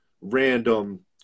random